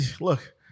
Look